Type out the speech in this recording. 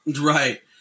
Right